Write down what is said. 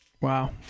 Wow